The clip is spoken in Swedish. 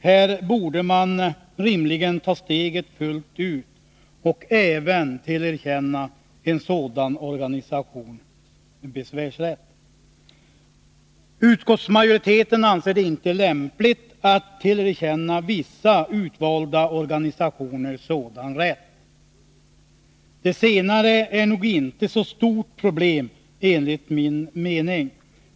Här borde man rimligen ta steget fullt ut och även tillerkänna en sådan organisation besvärsrätt. Utskottsmajoriteten anser det inte lämpligt att tillerkänna vissa utvalda organisationer sådan rätt. Det senare är nog inte ett så stort problem, enligt min mening.